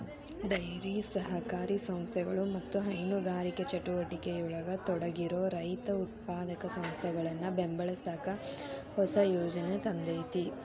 dairy ಸಹಕಾರಿ ಸಂಸ್ಥೆಗಳು ಮತ್ತ ಹೈನುಗಾರಿಕೆ ಚಟುವಟಿಕೆಯೊಳಗ ತೊಡಗಿರೋ ರೈತ ಉತ್ಪಾದಕ ಸಂಸ್ಥೆಗಳನ್ನ ಬೆಂಬಲಸಾಕ ಹೊಸ ಯೋಜನೆ ತಂದೇತಿ